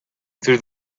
through